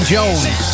Jones